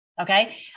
Okay